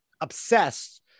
obsessed